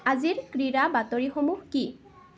আজিৰ ক্ৰীড়া বাতৰিসমূহ কি